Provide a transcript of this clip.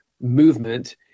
movement